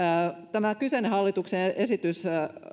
tämä kyseinen hallituksen esitys